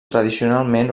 tradicionalment